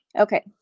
Okay